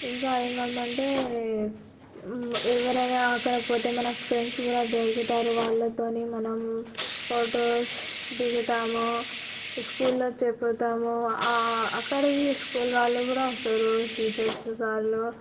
ఇంకా ఏమంటే ఎవరైనా అక్కడ పోతే మన ఫ్రెండ్స్ కూడా దొరుకుతారు వాళ్ళతో మనం ఫొటోస్ దిగుతాము స్కూల్లో చెపుతాము అక్కడ ఈ స్కూల్ వాళ్ళు కూడా వస్తారు టీచర్స్ సార్లు